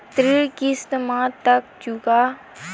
ऋण किस्त मा तक चुका सकत हन कि नहीं?